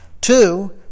Two